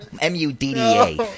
M-U-D-D-A